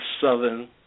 Southern